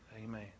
Amen